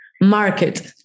market